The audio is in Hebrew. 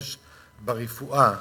נשתמש ברפואה,